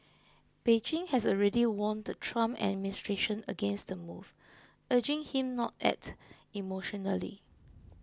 Beijing has already warned the Trump administration against the move urging him not act emotionally